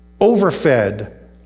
overfed